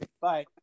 Bye